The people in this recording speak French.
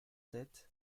sept